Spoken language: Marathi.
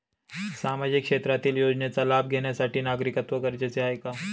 सामाजिक क्षेत्रातील योजनेचा लाभ घेण्यासाठी नागरिकत्व गरजेचे आहे का?